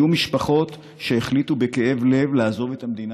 היו משפחות שהחליטו בכאב לב לעזוב את המדינה,